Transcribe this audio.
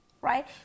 Right